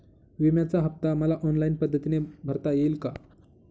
विम्याचा हफ्ता मला ऑनलाईन पद्धतीने भरता येईल का?